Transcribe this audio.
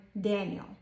Daniel